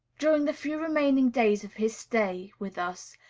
during the few remaining days of his stay with us,